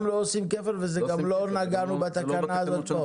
גם לא עושים כפל וגם לא נגענו בתקנה הזאת פה.